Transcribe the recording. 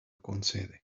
concede